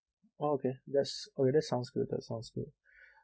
oh okay that's okay that sounds good that sounds good